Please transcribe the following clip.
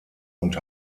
und